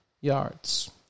yards